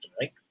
right